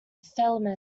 filament